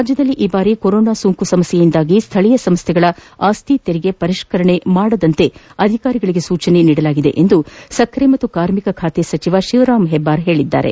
ರಾಜ್ಯದಲ್ಲಿ ಈ ಬಾರಿ ಕೊರೊನಾ ಸೋಂಕು ಸಮಸ್ಯೆಯಿಂದಾಗಿ ಸ್ನಳೀಯ ಸಂಸ್ಥೆಗಳ ಆಸ್ತಿ ತೆರಿಗೆ ಪರಿಷ್ಠರಣೆ ಮಾಡದಂತೆ ಅಧಿಕಾರಿಗಳಿಗೆ ಸೂಚಿಸಲಾಗಿದೆ ಎಂದು ಸಕ್ಕರೆ ಮತ್ತು ಕಾರ್ಮಿಕ ಸಚಿವ ಶಿವರಾಮ್ ಹೆಬ್ಲಾರ್ ತಿಳಿಸಿದ್ದಾರೆ